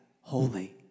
holy